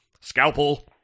scalpel